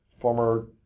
former